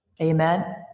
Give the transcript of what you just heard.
Amen